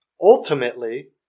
Ultimately